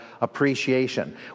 appreciation